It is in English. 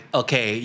okay